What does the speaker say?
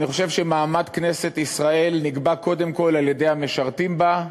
אני חושב שמעמד כנסת ישראל נקבע קודם כול על-ידי המשרתים בה,